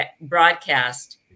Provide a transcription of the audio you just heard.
broadcast